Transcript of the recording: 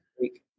week